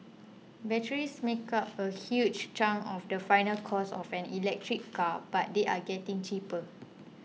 batteries make up a huge chunk of the final cost of an electric car but they are getting cheaper